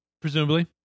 Presumably